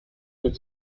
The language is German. für